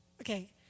okay